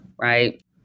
right